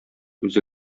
үзе